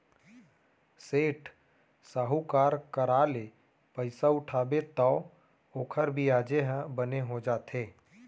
सेठ, साहूकार करा ले पइसा उठाबे तौ ओकर बियाजे ह बने हो जाथे